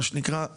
מה שנקרא,